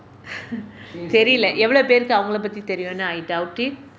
தெரியிலில்லா எவ்வளவு பேருக்கு அவளை பற்றி தெரியும்னு:theriyillaa evvalavu perukku avalai patri theriyumnu I doubt it